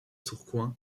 tourcoing